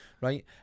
right